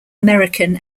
american